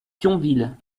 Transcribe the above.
thionville